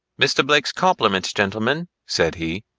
mr. blake's compliments, gentlemen, said he,